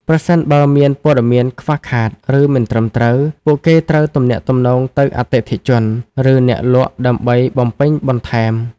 ប្រសិនបើមានព័ត៌មានខ្វះខាត ឬមិនត្រឹមត្រូវ ពួកគេត្រូវទំនាក់ទំនងទៅអតិថិជន ឬអ្នកលក់ដើម្បីបំពេញបន្ថែម។